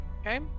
Okay